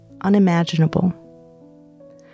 unimaginable